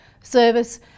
service